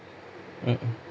mmhmm